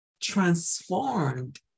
transformed